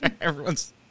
Everyone's